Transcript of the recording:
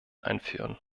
einführen